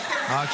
מה